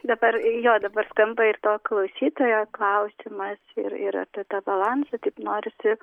dabar jo dabar skamba ir to klausytojo klausimas ir ir apie tą balansą taip norisi